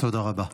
תודה רבה.